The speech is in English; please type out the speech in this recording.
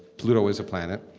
pluto is a planet